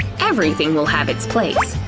everything will have its place.